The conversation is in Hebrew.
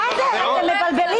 אתם מבלבלים.